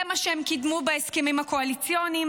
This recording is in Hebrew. זה מה שהם קידמו בהסכמים הקואליציוניים,